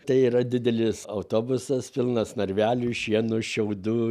tai yra didelis autobusas pilnas narvelių šieno šiaudų